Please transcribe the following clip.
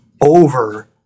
over